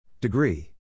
Degree